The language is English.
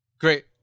Great